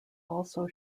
also